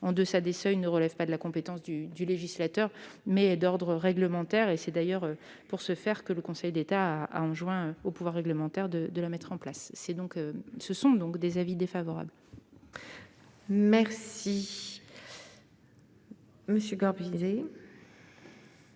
en deçà des seuils ne relève pas de la compétence du législateur, mais est d'ordre réglementaire. C'est d'ailleurs à cette fin que le Conseil d'État a enjoint au pouvoir réglementaire de la mettre en place. L'avis est donc défavorable sur ces trois